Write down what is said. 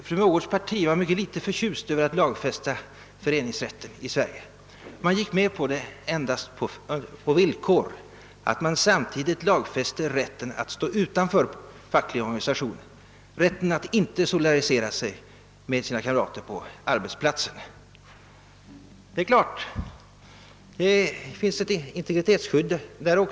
Fru Mogårds parti var mycket litet förtjust över att lagfästa föreningsrätten i Sverige. Man gick med på det endast på villkor att man samtidigt fick lagfästa rätten att stå utanför fackliga organisationer, rätten att inte solidarisera sig med sina kamrater på arbetsplatsen. Det är klart att man kan göra gällande att det finns ett behov av integritetsskydd därvidlag.